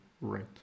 right